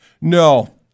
No